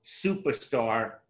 superstar